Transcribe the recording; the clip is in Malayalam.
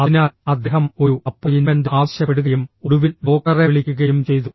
അതിനാൽ അദ്ദേഹം ഒരു അപ്പോയിന്റ്മെന്റ് ആവശ്യപ്പെടുകയും ഒടുവിൽ ഡോക്ടറെ വിളിക്കുകയും ചെയ്തു